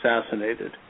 assassinated